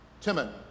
Timon